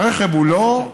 והרכב הוא לא,